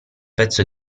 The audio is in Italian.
pezzo